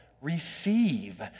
Receive